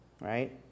right